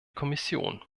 kommission